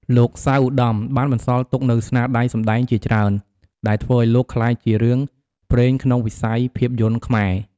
លោក សៅ ឧត្តម បានបន្សល់ទុកនូវស្នាដៃសម្តែងជាច្រើន ដែលធ្វើឱ្យលោកក្លាយជារឿងព្រេងក្នុងវិស័យភាពយន្តខ្មែរ។